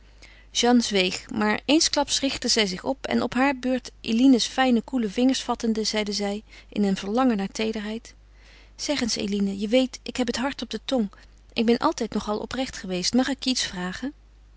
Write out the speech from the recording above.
jeanne zweeg maar eensklaps richtte zij zich op en op haar beurt eline's fijne koele vingers vattende zeide zij in een verlangen naar teederheid zeg eens eline je weet ik heb het hart op de tong ik ben altijd nog al oprecht geweest mag ik je iets vragen